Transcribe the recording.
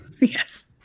Yes